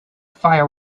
fire